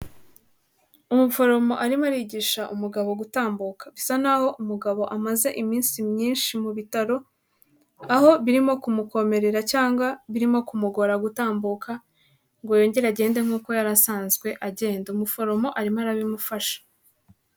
Umuforomo arimo arigisha umugabo gutambuka, bisa naho umugabo amaze iminsi myinshi mu bitaro, aho birimo kumukomerera cyangwa birimo kumugora gutambuka ngo yongere agende nkuko yari asanzwe agenda, umuforomo arimo arabimufasha.